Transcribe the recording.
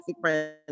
friends